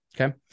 Okay